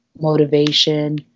motivation